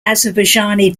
azerbaijani